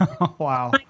Wow